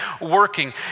working